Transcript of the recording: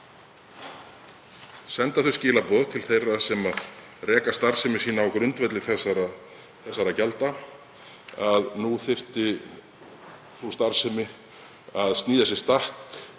senda þau skilaboð til þeirra sem reka starfsemi sína á grundvelli þessara gjalda að nú þyrfti sú starfsemi að sníða sér stakk